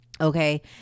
Okay